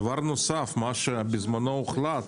בזמנו הוחלט,